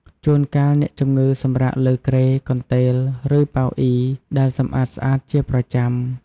ជួនកាល អ្នកជម្ងឺសម្រាកលើគ្រែ កន្ទេល ឬ ប៉ៅអុីដែលសម្អាតស្អាតជាប្រចាំ។